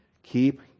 Keep